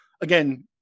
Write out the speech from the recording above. again